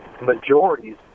majorities